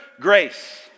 Grace